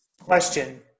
Question